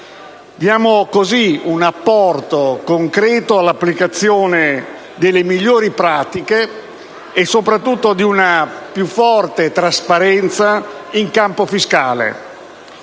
Diamo così un apporto concreto all'applicazione delle migliori pratiche e soprattutto di una più forte trasparenza in campo fiscale.